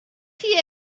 chi